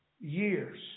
years